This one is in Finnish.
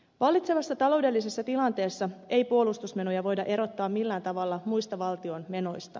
vallitsevassa taloudellisessa tilanteessa ei puolustusmenoja voida erottaa millään tavalla muista valtion menoista